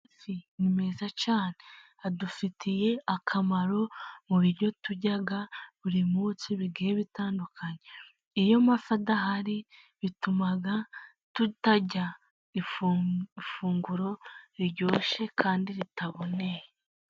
Amafi ni meza cyane, adufitiye akamaro mu biryo turya buri munsi bigiye bitandukanye, iyo amafi adahari bituma tutarya ifunguro riryoshye kandi ritaboneye.